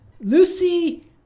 Lucy